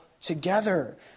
Together